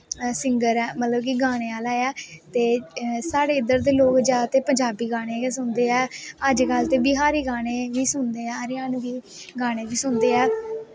singer ऐ मतलव की गाने आह्ला ऐ ते साढ़े इध्दर दे जादातर लोग पंजाबी गाने गै सुनदे ऐ अजकल ते बिहारी गाने बी सुनदे ऐ हरियानवी बी गाने बी सुनदे ऐ